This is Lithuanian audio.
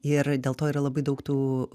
ir dėl to yra labai daug tų